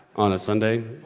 on a sunday.